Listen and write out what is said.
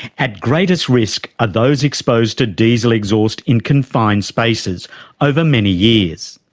at greatest risk are those exposed to diesel exhaust in confined spaces over many years,